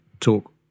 talk